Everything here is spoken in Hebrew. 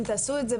אם תעשו את זה,